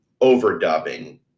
overdubbing